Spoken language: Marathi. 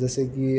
जसे की